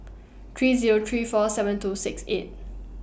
three Zero three four seven two six eight